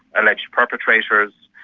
alleged perpetrators,